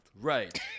Right